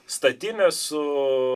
statines su